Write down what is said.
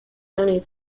county